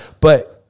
But-